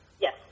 Yes